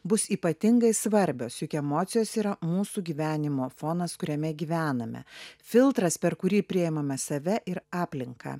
bus ypatingai svarbios juk emocijos yra mūsų gyvenimo fonas kuriame gyvename filtras per kurį priimame save ir aplinką